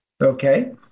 okay